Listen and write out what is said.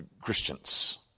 Christians